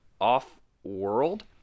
Off-world